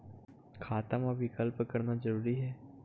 खाता मा विकल्प करना जरूरी है?